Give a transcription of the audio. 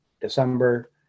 December